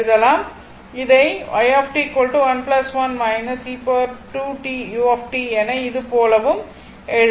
இதை என இது போலவும் எழுதலாம்